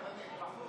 (קורא בשם חברת הכנסת)